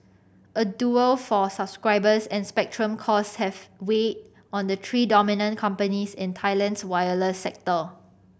a duel for subscribers and spectrum costs have weighed on the three dominant companies in Thailand's wireless sector